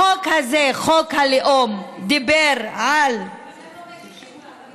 החוק הזה, חוק הלאום, דיבר על, לכן לא,